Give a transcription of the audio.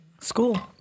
School